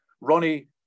Ronnie